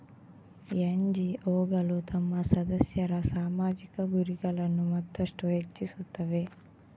ಎನ್.ಜಿ.ಒಗಳು ತಮ್ಮ ಸದಸ್ಯರ ಸಾಮಾಜಿಕ ಗುರಿಗಳನ್ನು ಮತ್ತಷ್ಟು ಹೆಚ್ಚಿಸುತ್ತವೆ